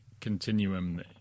continuum